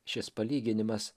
šis palyginimas